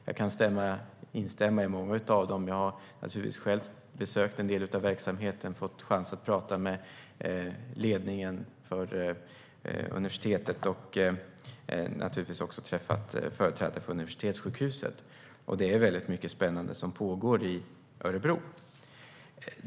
Jag kan instämma i många av dem - jag har naturligtvis själv besökt en del av verksamheten, fått chans att prata med ledningen för universitetet och även träffat företrädare för universitetssjukhuset. Det är väldigt mycket spännande som pågår i Örebro.